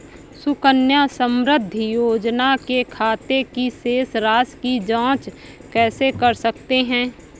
सुकन्या समृद्धि योजना के खाते की शेष राशि की जाँच कैसे कर सकते हैं?